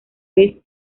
vez